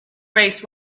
race